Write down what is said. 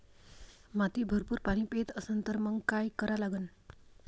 माती भरपूर पाणी पेत असन तर मंग काय करा लागन?